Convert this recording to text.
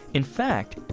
in fact,